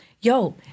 Yo